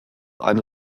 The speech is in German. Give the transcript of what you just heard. eine